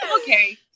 okay